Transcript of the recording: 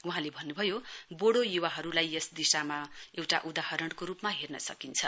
वहाँले भन्नुभयो बोडो युवाहरुलाई यस दिशामा एउटा उदाहरणको रुपमा हेर्न सकिन्छ